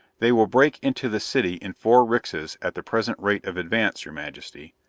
they will break into the city in four rixas at the present rate of advance, your majesty.